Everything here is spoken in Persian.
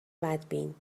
بدبین